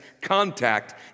contact